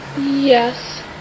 Yes